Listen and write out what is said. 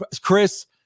chris